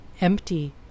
empty